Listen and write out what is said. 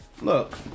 Look